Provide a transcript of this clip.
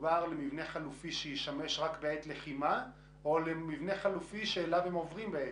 מדובר במבנה חלופי שישמש רק בעת לחימה או למבנה חלופי שאליו הם יעברו?